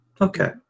Okay